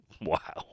Wow